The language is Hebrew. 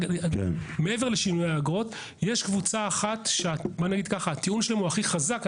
מעבר לשינוי האגרות יש קבוצה אחת שהטיעון שלה הוא הכי חזק.